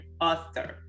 author